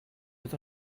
with